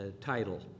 title